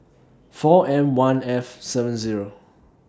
four M one F seven Zero